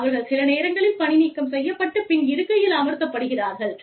அவர்கள் சில நேரங்களில் பணிநீக்கம் செய்யப்பட்டு பின் இருக்கையில் அமர்த்தப்படுகிறார்கள்'